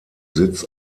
sitz